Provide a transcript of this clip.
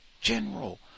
general